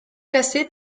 classé